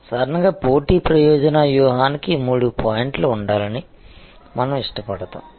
సాధారణంగా పోటీ ప్రయోజన వ్యూహానికి మూడు పాయింట్లు ఉండాలని మనం ఇష్టపడతాము